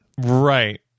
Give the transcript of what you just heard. Right